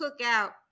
cookout